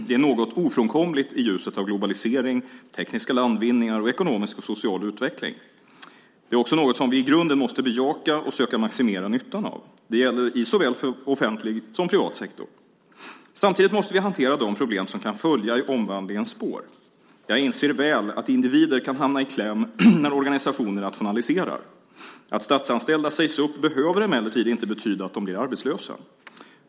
Det är ofrånkomligt i ljuset av globalisering, tekniska landvinningar och ekonomisk och social utveckling. Det är också något som vi i grunden måste bejaka och söka maximera nyttan av. Detta gäller i såväl offentlig som privat sektor. Samtidigt måste vi hantera de problem som kan följa i omvandlingens spår. Jag inser mycket väl att individer kan hamna i kläm när organisationer rationaliserar. Att statsanställda sägs upp behöver emellertid inte betyda att de blir arbetslösa.